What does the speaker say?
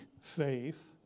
faith